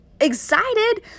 Excited